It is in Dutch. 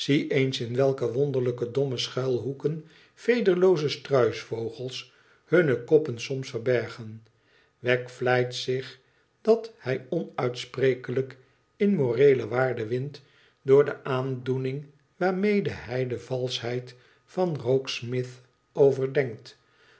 in welke wonderlijke domme schuilhoeken vederelooze struisvogels hunne koppen soms verbergen wegg vleit zich dat hij onuitsprekelijk in moreele waarde wint door de aandoening waarmede hij de valscbheid van rokesmith overdenkt